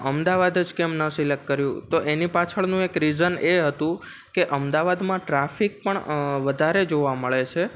અમદાવાદ જ કેમ ન સિલેક્ટ કર્યું તો એની પાછળનું એક રિઝન એ હતું કે અમદાવાદમાં ટ્રાફિક પણ વધારે જોવા મળે છે